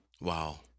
Wow